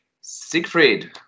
Siegfried